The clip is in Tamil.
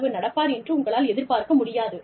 அளவு நடப்பார் என்று உங்களால் எதிர்பார்க்க முடியாது